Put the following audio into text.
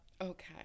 okay